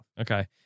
Okay